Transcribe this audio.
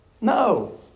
No